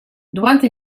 durante